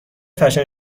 فشن